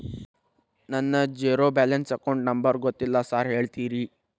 ನನ್ನ zero balance account number ಗೊತ್ತಿಲ್ಲ sir ಹೇಳ್ತೇರಿ?